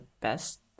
best